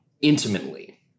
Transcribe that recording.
intimately